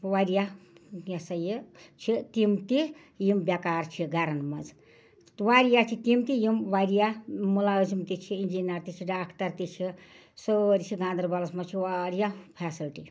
واریاہ یہ ہسا یہِ چھِ تِم تہِ یِم بے کار چھِ گَرَن منٛز واریاہ چھِ تِم تہِ یم واریاہ مُلٲزِم تہِ چھِ اِجیٖنَر تہِ چھِ ڈاکٹر تہِ چھِ سٲری چھِ گانٛدَربَلَس منٛز چھِ واریاہ فٮ۪سلٹی